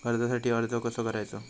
कर्जासाठी अर्ज कसो करायचो?